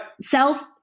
self